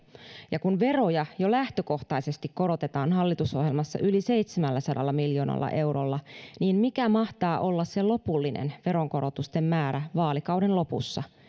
ja kun veroja jo lähtökohtaisesti korotetaan hallitusohjelmassa yli seitsemälläsadalla miljoonalla eurolla niin mikä mahtaa olla se lopullinen veronkorotusten määrä vaalikauden lopussa